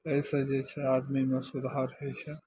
अइसँ जे छै आदमीमे सुधार होइ छै